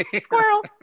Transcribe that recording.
squirrel